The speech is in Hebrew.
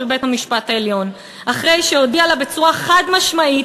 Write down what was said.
בית-המשפט העליון אחרי שהוא הודיע לה בצורה חד-משמעית,